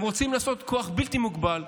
הם רוצים לעשות כוח בלתי מוגבל,